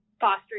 fostering